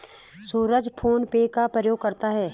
सूरज PhonePe का प्रयोग करता है